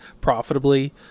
profitably